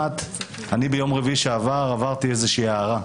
ביום רביעי שעבר עברתי איזושהי הארה.